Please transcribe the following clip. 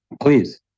Please